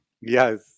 Yes